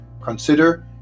consider